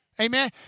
Amen